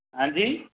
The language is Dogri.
आंजी